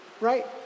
right